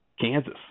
Kansas